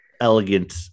elegant